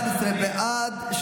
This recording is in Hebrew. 11 בעד,